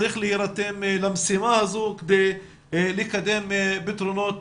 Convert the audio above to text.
צריך להירתם למשימה הזו כדי לקדם פתרונות